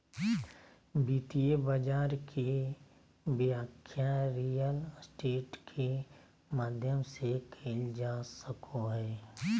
वित्तीय बाजार के व्याख्या रियल स्टेट के माध्यम से कईल जा सको हइ